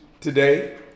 today